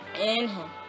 Inhale